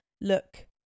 look